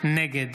נגד